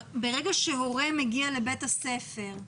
שהורה מגיע לבית הספר,